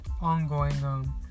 ongoing